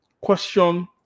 question